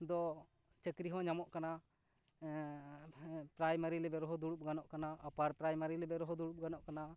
ᱫᱚ ᱪᱟᱠᱨᱤ ᱦᱚᱸ ᱧᱟᱢᱚᱜ ᱠᱟᱱᱟ ᱯᱮᱨᱟᱭᱢᱟᱨᱤ ᱞᱮᱵᱮᱞ ᱨᱮᱦᱚᱸ ᱫᱩᱲᱩᱵ ᱜᱟᱱᱚᱜ ᱠᱟᱱᱟ ᱟᱯᱟᱨ ᱯᱮᱨᱟᱭᱢᱟᱨᱤ ᱞᱮᱵᱮᱞ ᱨᱮᱦᱚᱸ ᱫᱩᱲᱩᱵ ᱜᱟᱱᱚᱜ ᱠᱟᱱᱟ